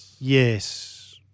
Yes